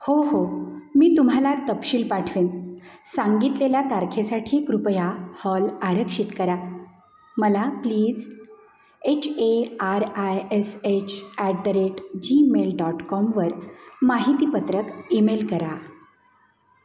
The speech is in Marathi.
हो हो मी तुम्हाला तपशील पाठवेन सांगितलेल्या तारखेसाठी कृपया हॉल आरक्षित करा मला please H A R I S H at the rate Gmail dot कॉमवर माहितीपत्रक ईमेल करा